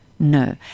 No